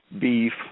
beef